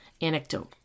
anecdote